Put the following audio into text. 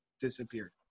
disappeared